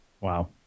Wow